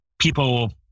people